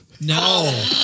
no